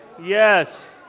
Yes